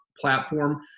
platform